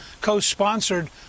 co-sponsored